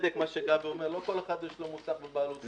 בצדק מה שגבי אומר, לא לכל אחד יש מוסך בבעלות.